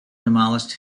demolished